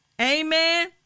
Amen